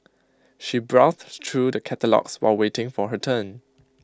she browsed through the catalogues while waiting for her turn